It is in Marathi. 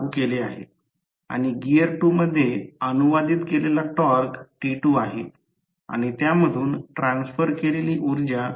तर लॅमिनेशन च्या अंतर्गत परिघाला केलेल्या समान रीतीने अंतरावरील स्टेटर विंडिंग साठी जागा प्रदान करतात